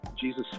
Jesus